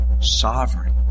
sovereign